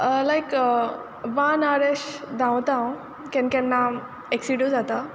लायक one hour एशें धांवता हांव केन्ना केन्ना एक्सिडू जाता